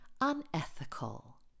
unethical